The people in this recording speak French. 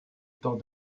temps